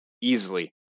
easily